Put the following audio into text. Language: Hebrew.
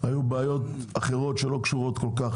היו בעיות אחרות שלא קשורות כל כך